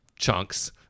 chunks